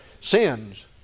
sins